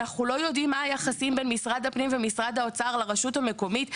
אנחנו לא יודעים מה היחסים בין משרד הפנים ומשרד האוצר לרשות המקוימת?